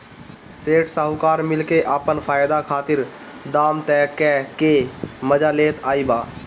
सेठ साहूकार मिल के आपन फायदा खातिर दाम तय क के मजा लेत आइल बा